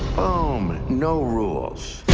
boom, no rules!